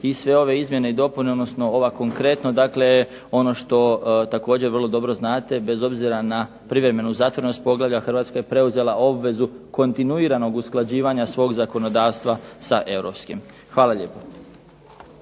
i sve ove izmjene i dopune odnosno ovo konkretno ono što vrlo dobro znate bez obzira na privremenu zatvorenost poglavlja Hrvatska je preuzela obvezu kontinuiranog usklađivanja svog zakonodavstva sa europskim. Hvala lijepo.